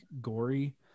gory